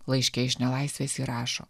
laiške iš nelaisvės ji rašo